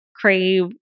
crave